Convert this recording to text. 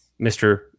Mr